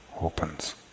opens